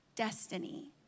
destiny